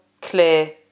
clear